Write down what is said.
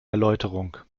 erläuterung